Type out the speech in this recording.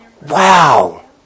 Wow